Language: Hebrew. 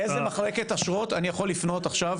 לאיזו מחלקת אשרות אני יכול לפנות עכשיו?